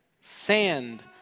sand